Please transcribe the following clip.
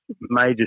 major